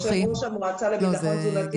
אני חושבת שיושב-ראש המועצה לביטחון תזונתי,